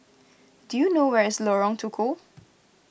do you know where is Lorong Tukol